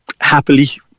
happily